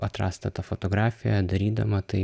atrasta ta fotografija darydama tai